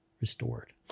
restored